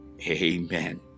Amen